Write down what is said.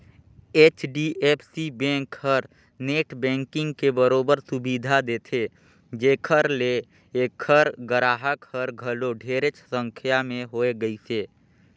HDFC bank हर net banking के बरोबर सुबिधा देथे जेखर ले ऐखर गराहक हर घलो ढेरेच संख्या में होए गइसे